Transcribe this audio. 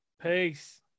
Peace